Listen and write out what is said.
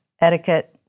etiquette